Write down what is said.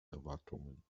erwartungen